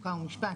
חוק ומשפט.